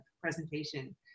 presentation